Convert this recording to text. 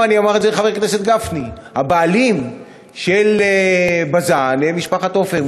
ואני גם אומר את זה לחבר הכנסת גפני: הבעלים של בז"ן הם משפחת עופר.